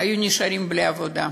היו נשארים בלי עבודה.